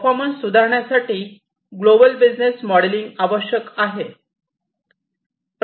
performance सुधारण्यासाठी global business modelling आवश्यक आहे